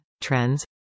trends